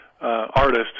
artist